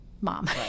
mom